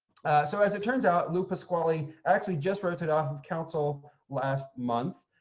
so as it turns out, lou pasquale actually just rotated off council last month,